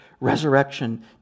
resurrection